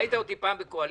ראית אותי פעם בקואליציה?